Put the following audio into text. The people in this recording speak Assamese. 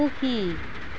সুখী